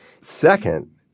Second